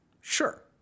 Sure